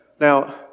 Now